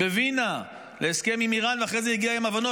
בווינה להסכם עם איראן ואחרי זה הגיעה עם הבנות.